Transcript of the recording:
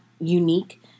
unique